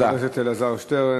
תודה רבה לחבר הכנסת אלעזר שטרן.